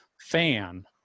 fan